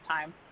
time